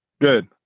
Good